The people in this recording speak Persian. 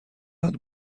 قدر